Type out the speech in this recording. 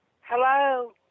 Hello